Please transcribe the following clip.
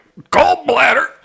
gallbladder